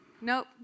Nope